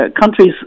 countries